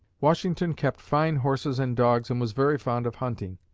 washington kept fine horses and dogs and was very fond of hunting.